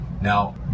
Now